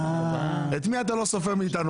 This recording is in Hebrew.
את מי אתה לא סופר מאיתנו?